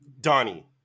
Donnie